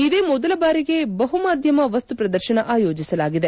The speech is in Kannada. ಇದೇ ಮೊದಲ ಬಾರಿಗೆ ಬಹುಮಾಧ್ಯಮ ವಸ್ತು ಶ್ರದರ್ಶನ ಆಯೋಜಿಸಲಾಗಿದೆ